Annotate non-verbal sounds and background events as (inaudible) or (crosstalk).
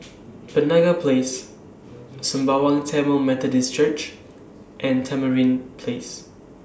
(noise) Penaga Place Sembawang Tamil Methodist Church and Tamarind Place